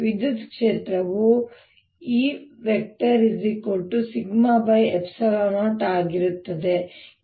ವಿದ್ಯುತ್ ಕ್ಷೇತ್ರವು E0 ಆಗಿರುತ್ತದೆ